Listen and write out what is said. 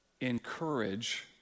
encourage